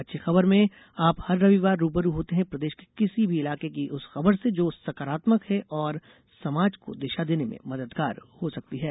अच्छी खबर में आप हर रविवार रू ब रू होते हैं प्रदेश के किसी भी इलाके की उस खबर से जो सकारात्मक है और समाज को दिशा देने में मददगार हो सकती है